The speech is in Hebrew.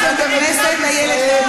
זה נורא נורא קשה,